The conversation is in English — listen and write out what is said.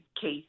case